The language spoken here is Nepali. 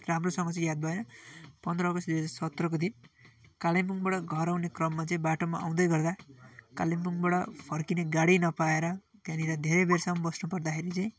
राम्रोसँग चाहिँ याद भएन पन्ध्र अगस्त दुई हजार सत्रको दिन कालिम्पोङबाट घर आउने क्रममा चाहिँ बाटोमा आउँदै गर्दा कालिम्पोङबाड फर्किने गाडी नपाएर त्यहाँनिर धेरै बेरसम्म बस्नुपर्दाखेरि चाहिँ